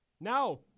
Now